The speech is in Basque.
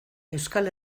euskal